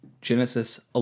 Genesis